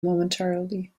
momentarily